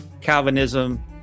Calvinism